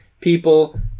people